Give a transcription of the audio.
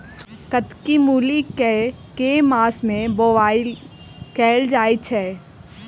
कत्की मूली केँ के मास मे बोवाई कैल जाएँ छैय?